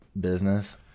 business